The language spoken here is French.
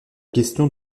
question